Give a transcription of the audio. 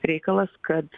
reikalas kad